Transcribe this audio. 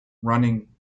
running